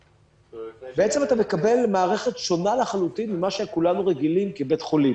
בעצם אתה מקבל מערכת שונה לחלוטין ממה שכולנו רגילים כבית חולים,